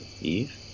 Eve